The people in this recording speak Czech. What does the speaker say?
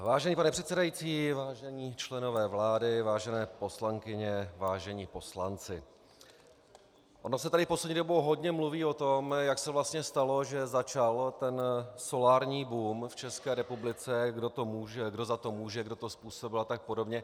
Vážený pane předsedající, vážení členové vlády, vážené poslankyně, vážení poslanci, ono se tady poslední dobou hodně mluví o tom, jak se vlastně stalo, že začal solární boom v České republice, kdo za to může, kdo to způsobil a tak podobně.